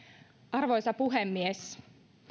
arvoisa puhemies